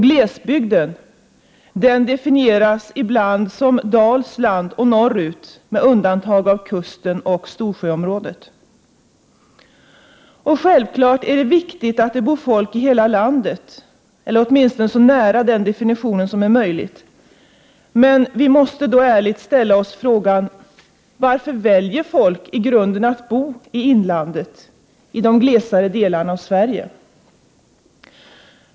Glesbygd definieras ibland som Dalsland och landet norrut, med undantag för kusten och Storsjöområdet. Det är självfallet viktigt att det bor folk i så gott som hela landet. Vi måste då ärligt ställa oss frågan: Varför väljer folk i grunden att bo i inlandet, i de glesare delarna av Sverige?